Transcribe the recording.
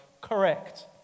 Correct